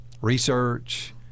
research